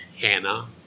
Hannah